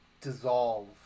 dissolve